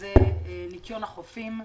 זה ניקיון החופים.